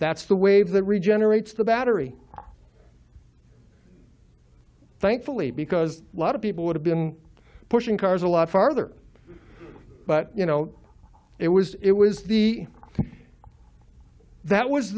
that's the wave that regenerates the battery thankfully because a lot of people would have been pushing cars a lot farther but you know it was it was the that was